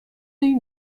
این